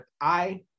I-